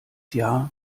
jahr